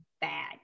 bad